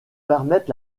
permettre